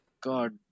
god